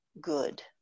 good